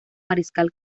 mariscal